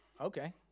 Okay